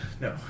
No